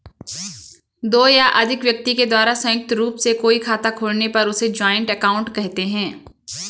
दो या अधिक व्यक्ति के द्वारा संयुक्त रूप से कोई खाता खोलने पर उसे जॉइंट अकाउंट कहते हैं